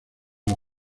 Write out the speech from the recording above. los